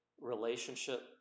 relationship